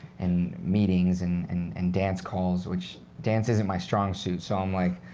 and meetings, and and and dance calls, which dance isn't my strong suit. so um like